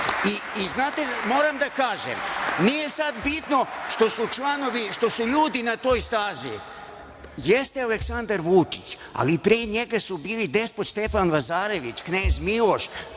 moram da kažem da nije sada bitno što su ljudi na toj stazi. Jeste Aleksandar Vučić, ali pre njega su bili despot Stefan Lazarević, knez Miloš,